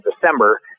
December